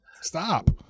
Stop